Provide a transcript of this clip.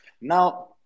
Now